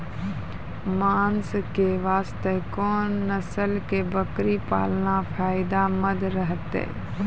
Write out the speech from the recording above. मांस के वास्ते कोंन नस्ल के बकरी पालना फायदे मंद रहतै?